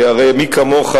כי הרי מי כמוך,